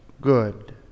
good